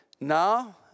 now